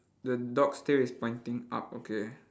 the dog's tail is pointing up okay